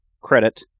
credit